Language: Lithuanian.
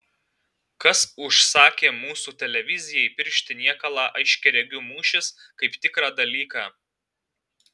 kas užsakė mūsų televizijai piršti niekalą aiškiaregių mūšis kaip tikrą dalyką